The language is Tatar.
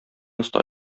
оста